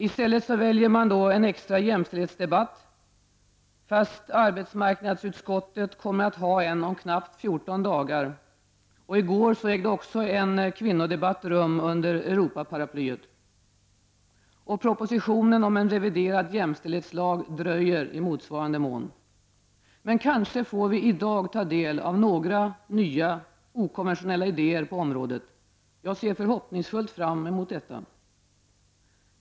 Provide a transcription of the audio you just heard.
I stället väljer man en extra jämställdhetsdebatt, trots att arbetsmarknadsutskottet kommer att ha en sådan om knappt 14 dagar. I går ägde också en kvinnodebatt rum under Europaparaplyet. Och propositionen om en reviderad jämställdhetslag dröjer i motsvarande mån. Men kanske får vi i dag ta del av några nya okonventionella idéer på området. Jag ser förhoppningsfullt fram emot detta.